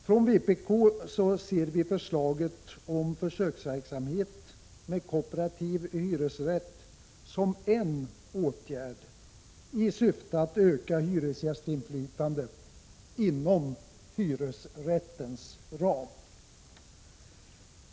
Från vpk ser vi förslaget om försöksverksamhet med kooperativ hyresrätt som en åtgärd i syfte att öka hyresgästinflytandet inom hyresrättens ram.